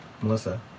Melissa